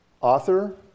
author